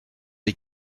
les